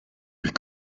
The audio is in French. les